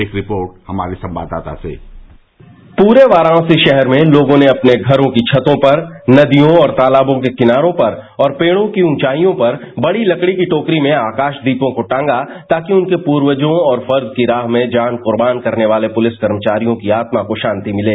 एक रिपोर्ट हमारे संवाददाता से पूरे वाराणसी शहर में लोगों ने अपने घरों नदियों और तालाबों के किनारों पर और पेड़ों की ऊंचाई पर बड़ी लकड़ी की टोकरी में आकाशदीपों को टांगा है ताकि उनके पूर्वजों और फर्ज की राह में जान क्र्वान करने वाले पूलिस कर्मचारियों की आत्मा को शांति मिले